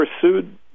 pursued